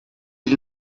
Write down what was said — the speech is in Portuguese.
ele